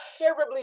terribly